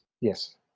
yes